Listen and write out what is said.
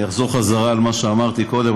אני אחזור על מה שאמרתי קודם,